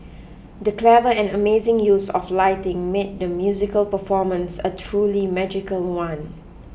the clever and amazing use of lighting made the musical performance a truly magical one